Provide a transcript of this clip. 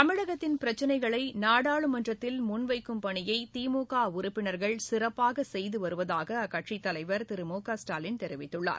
தமிழகத்தின் பிரச்சினைகளை நாடாளுமன்றத்தில் முன்வைக்கும் பணியை திமுக உறுப்பினர்கள் சிறப்பாக செய்து வருவதாக அக்கட்சியின் தலைவர் திரு மு க ஸ்டாலின் தெரிவித்துள்ளார்